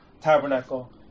Tabernacle